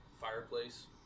fireplace